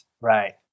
Right